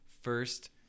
first